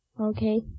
Okay